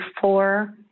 four